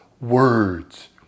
words